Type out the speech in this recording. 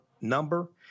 number